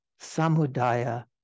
samudaya